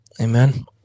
amen